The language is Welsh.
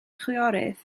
chwiorydd